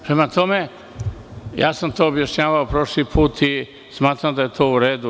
Prema tome, objašnjavao sam prošli put i smatram da je to u redu.